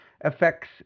affects